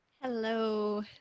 Hello